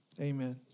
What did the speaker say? amen